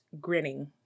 grinning